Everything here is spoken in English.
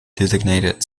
designated